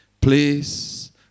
Please